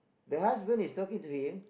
the husband is talking to him